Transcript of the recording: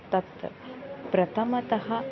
तत् प्रथमतः